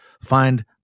find